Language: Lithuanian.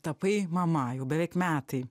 tapai mama jau beveik metai